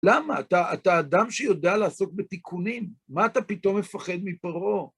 למה? אתה אדם שיודע לעסוק בתיקונים, מה אתה פתאום מפחד מפרעה?